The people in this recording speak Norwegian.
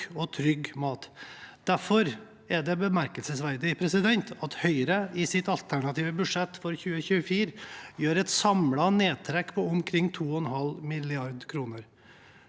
og trygg mat. Derfor er det bemerkelsesverdig at Høyre i sitt alternative budsjett for 2024 gjør et samlet nedtrekk på omkring 2,5 mrd. kr.